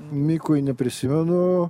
mikui neprisimenu